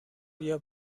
بیا